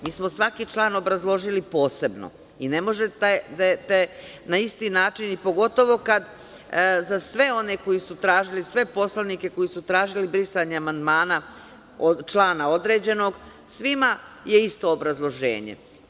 Mi smo svaki član obrazložili posebno i ne možete na isti način i pogotovo za sve one koji su tražili, sve poslanike koji su tražili brisanje amandmana člana određenog, svima je isto obrazloženje.